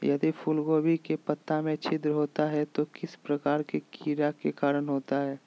यदि फूलगोभी के पत्ता में छिद्र होता है तो किस प्रकार के कीड़ा के कारण होता है?